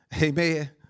Amen